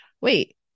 wait